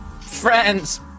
Friends